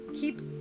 keep